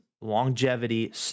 longevity